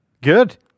Good